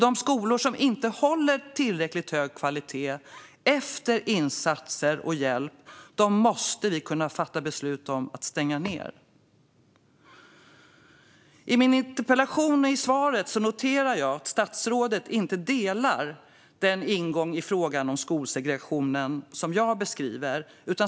De skolor som inte håller tillräckligt hög kvalitet efter insatser och hjälp måste vi kunna fatta beslut om att stänga. I svaret noterar jag att statsrådet inte delar den ingång i frågan om skolsegregation som jag beskriver.